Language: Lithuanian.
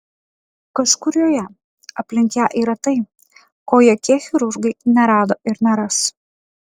kažkur joje aplink ją yra tai ko jokie chirurgai nerado ir neras